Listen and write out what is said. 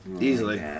Easily